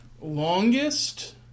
Longest